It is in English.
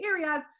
areas